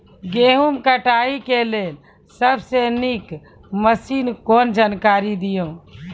गेहूँ कटाई के लेल सबसे नीक मसीनऽक जानकारी दियो?